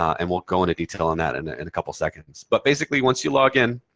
and we'll go into detail on that in ah in a couple seconds. but basically, once you log in,